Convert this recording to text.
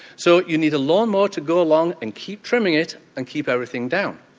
so you need a lawn mower to go along and keep trimming it and keep everything down.